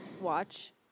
watch